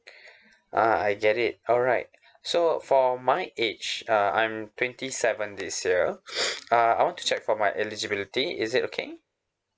uh I get it alright so for my age uh I'm twenty seven this year uh I want to check for my eligibility is it okay